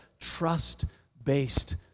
trust-based